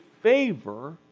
favor